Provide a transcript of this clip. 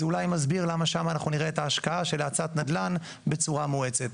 זה אולי מסביר למה שם אנחנו נראה את ההשקעה של האצת נדל"ן בצורה מואצת.